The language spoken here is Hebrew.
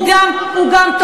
הוא גם תוקף,